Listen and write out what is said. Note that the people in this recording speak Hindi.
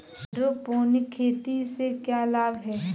हाइड्रोपोनिक खेती से क्या लाभ हैं?